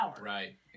Right